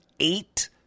eight